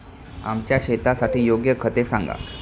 आमच्या शेतासाठी योग्य खते सांगा